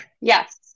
Yes